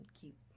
keep